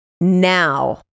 Now